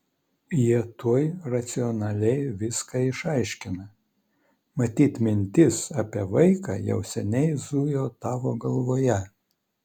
jie tuoj racionaliai viską išaiškina matyt mintis apie vaiką jau seniai zujo tavo galvoje